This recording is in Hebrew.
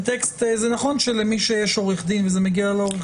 זה נכון שלמי שיש עורך דין זה קל.